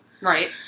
Right